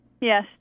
Yes